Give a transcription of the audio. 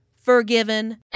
forgiven